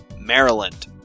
Maryland